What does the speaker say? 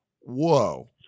Whoa